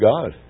God